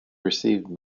received